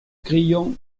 crillon